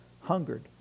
hungered